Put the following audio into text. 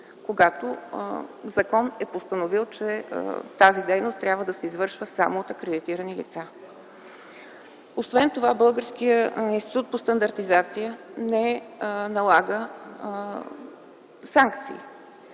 когато закон е постановил, че тази дейност трябва да се извършва само от акредитирани лица. Освен това, Българският институт по стандартизация не налага санкции.